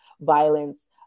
violence